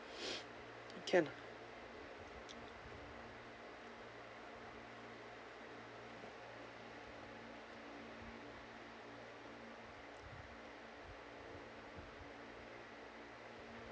can